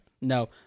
No